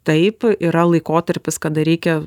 taip yra laikotarpis kada reikia